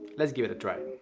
let's give it a try.